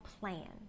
plan